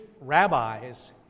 rabbis